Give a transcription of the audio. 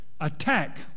attack